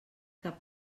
cap